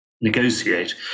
negotiate